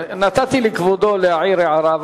נתתי לכבודו להעיר הערה,